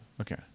Okay